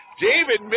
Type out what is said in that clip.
David